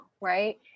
Right